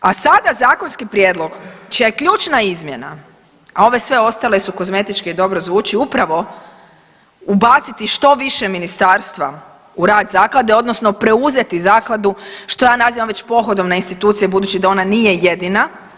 A sada zakonski prijedlog čija je ključna izmjena, a ove sve ostale su kozmetičke i dobro zvuči upravo ubaciti što više ministarstva u rad zaklade, odnosno preuzeti zakladu što ja nazivam već pohodom na institucije budući da ona nije jedina.